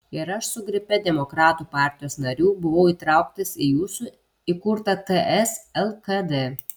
ir aš su grupe demokratų partijos narių buvau įtrauktas į jūsų įkurtą ts lkd